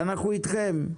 ואנחנו אתכם,